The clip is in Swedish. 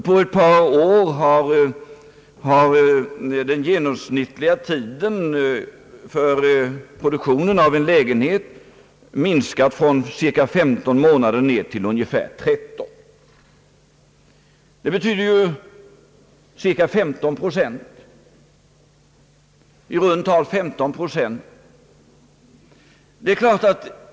På ett par år har den genomsnittliga tiden för produktionen av en lägenhet minskat från cirka 15 månader till ungefär 13, eller med i runt tal 15 procent.